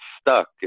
stuck